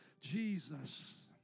Jesus